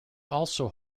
also